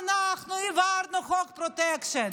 אנחנו העברנו חוק פרוטקשן.